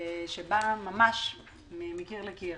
שבאה מקיר לקיר.